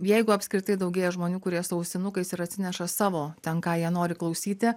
jeigu apskritai daugėja žmonių kurie su ausinukais ir atsineša savo ten ką jie nori klausyti